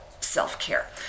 self-care